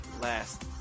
last